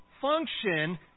function